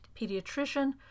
pediatrician